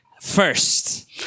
first